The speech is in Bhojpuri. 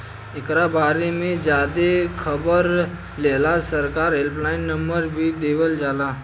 एकरा बारे में ज्यादे खबर लेहेला सरकार हेल्पलाइन नंबर भी देवल जाला